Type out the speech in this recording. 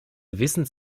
gewissen